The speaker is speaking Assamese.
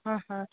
হয় হয়